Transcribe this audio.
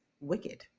*Wicked*